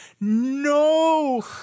no